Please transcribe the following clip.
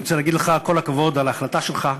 אני רוצה להגיד לך כל הכבוד על ההחלטה שלך,